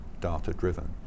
data-driven